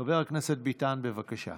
חבר הכנסת ביטן, בבקשה.